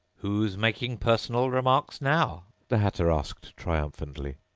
who's making personal remarks now the hatter asked triumphantly.